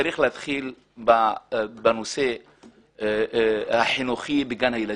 שצריך להתחיל בחינוך עוד בגן הילדים.